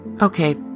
Okay